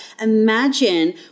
imagine